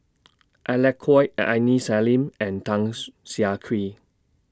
Alec Kuok Aini Salim and Tan's Siah Kwee